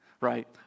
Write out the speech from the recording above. right